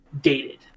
dated